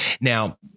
Now